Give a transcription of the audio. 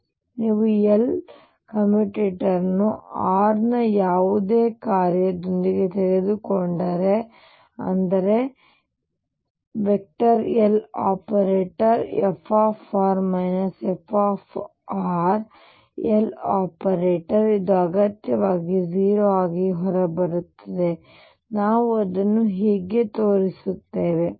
ಆದ್ದರಿಂದ ನೀವು L ನ ಕಮ್ಯುಟೇಟರ್ ಅನ್ನು r ನ ಯಾವುದೇ ಕಾರ್ಯದೊಂದಿಗೆ ತೆಗೆದುಕೊಂಡರೆ ಅಂದರೆ Loperatorf fLoperator ಇದು ಅಗತ್ಯವಾಗಿ 0 ಆಗಿ ಹೊರಬರುತ್ತದೆ ನಾವು ಅದನ್ನು ಹೇಗೆ ತೋರಿಸುತ್ತೇವೆ